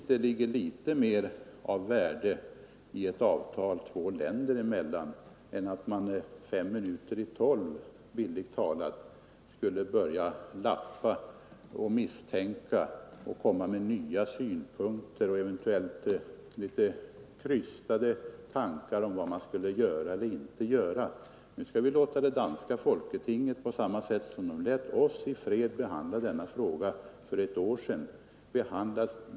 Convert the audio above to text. Det ligger litet — ar i SJ:s verksammer av värde i ett avtal mellan två länder än att man bildligt talat fem het minuter i tolv börjar lappa på avtalet, anföra nya synpunkter på och tankar om vad man skall göra eller inte göra. Nej, nu skall vi låta danska folketinget behandla avtalsförslaget i fred, som danskarna lät oss göra för ett år sedan.